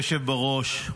אדוני היושב-ראש,